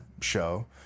show